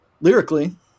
lyrically